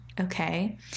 okay